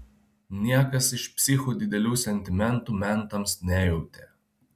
niekas iš psichų didelių sentimentų mentams nejautė